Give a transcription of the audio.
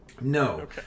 No